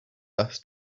thus